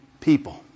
people